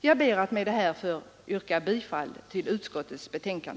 Jag ber att få yrka bifall till utskottets hemställan.